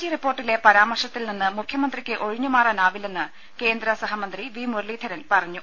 G റിപ്പോർട്ടിലെ പരാമർശത്തിൽ നിന്ന്മുഖ്യമന്ത്രിക്ക് ഒഴിഞ്ഞു മാറാനാവില്ലെന്ന് കേന്ദ്ര സഹമന്ത്രി വി മുരളീധരൻ പറഞ്ഞു